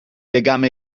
legame